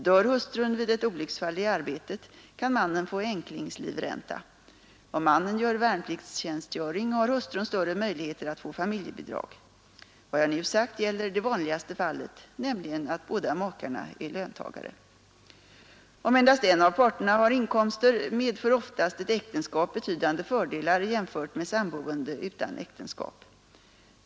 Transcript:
Dör hustrun vid ett olyc Om mannen gör värnpliktstjänstgöring har hustrun större möjligheter att få familjebidrag. Vad jag nu sagt gäller det vanligaste fallet, nämligen att båda makarna är löntagare. Om endast en av parterna har inkomster medför oftast ett äktenskap betydande fördelar jämfört med samboende utan äktenskap.